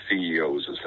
ceos